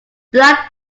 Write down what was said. blood